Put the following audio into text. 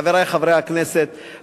חברי חברי הכנסת,